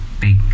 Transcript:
big